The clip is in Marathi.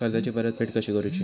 कर्जाची परतफेड कशी करूची?